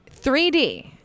3d